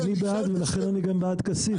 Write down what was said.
אני בעד ולכן אני גם בעד כסיף.